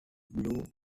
blue